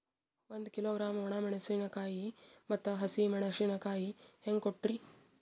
ಒಂದ ಕಿಲೋಗ್ರಾಂ, ಒಣ ಮೇಣಶೀಕಾಯಿ ಮತ್ತ ಹಸಿ ಮೇಣಶೀಕಾಯಿ ಹೆಂಗ ಕೊಟ್ರಿ?